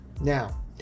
Now